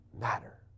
matter